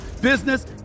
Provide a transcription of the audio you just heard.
business